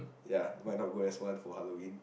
ya why not go as one for Halloween